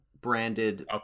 branded